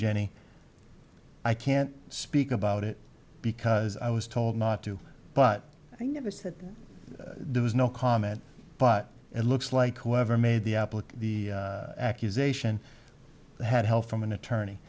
jenny i can't speak about it because i was told not to but i never said there was no comment but it looks like whoever made the applicant the accusation had help from an attorney